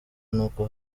n’uko